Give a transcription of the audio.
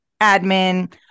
admin